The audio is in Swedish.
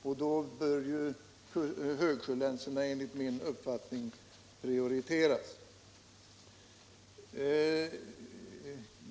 Därför bör högsjölänsorna enligt min uppfattning prioriteras.